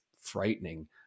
frightening